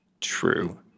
true